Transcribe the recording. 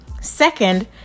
Second